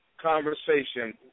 conversation